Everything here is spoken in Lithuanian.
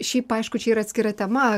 šiaip aišku čia yra atskira tema